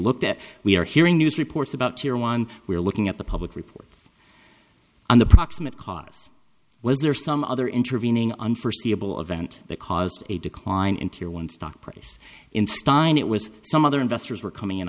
looked at we are hearing news reports about tier one we're looking at the public reports on the proximate cause was there some other intervening unforeseeable event that caused a decline into your one stock price in stein it was some other investors were coming in